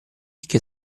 che